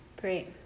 great